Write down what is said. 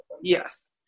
Yes